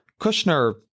Kushner